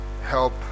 help